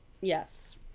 Yes